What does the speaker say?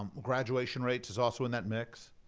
um graduation rates is also in that mix.